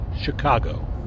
chicago